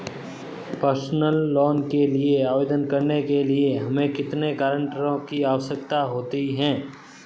Personal loan के लिए आवेदन करने के लिए हमें कितने गारंटरों की आवश्यकता है?